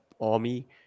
army